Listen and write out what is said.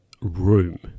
room